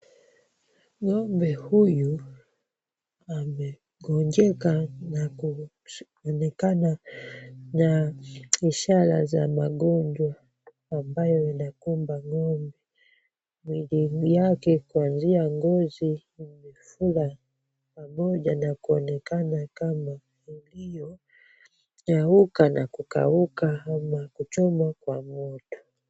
Ng'ombe huyu amegonjeka na kuonekana na ishara za magonjwa ambayo inayokumba ng'ombe. Ulimi yake kuanzia ngozi umefura pamoja na kuonekana kama ulionyauka na kukauka ama kuchomwa kwa moto.